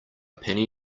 penny